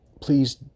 please